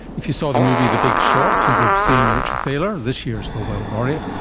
if you saw the movie the big short you'd have seen richard thaler, this year's nobel laureate,